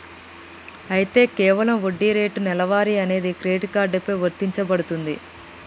అయితే కేవలం వడ్డీ రేటు నెలవారీ అనేది క్రెడిట్ కార్డు పై వర్తించబడుతుంది